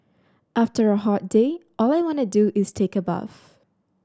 after a hot day all I want do is take a bath